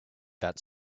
that